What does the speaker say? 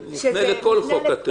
לא כל כך מהר.